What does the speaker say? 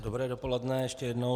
Dobré dopoledne ještě jednou.